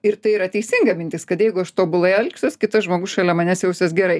ir tai yra teisinga mintis kad jeigu aš tobulai elgsiuos kitas žmogus šalia manęs jausis gerai